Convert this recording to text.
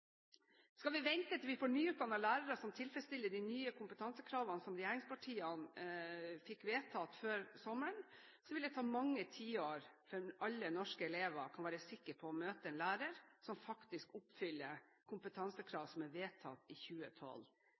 Skal vi vente til vi får nyutdannede lærere som tilfredsstiller de nye kompetansekravene som regjeringspartiene fikk vedtatt før sommeren, vil det ta mange tiår før alle norske elever kan være sikre på å møte en lærer som oppfyller kompetansekrav som ble vedtatt i 2012.